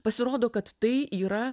pasirodo kad tai yra